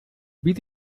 beat